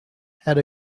had